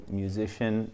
musician